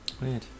Weird